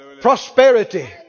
Prosperity